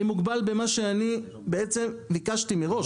אני מוגבל במה שאני בעצם ביקשתי מראש.